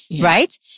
Right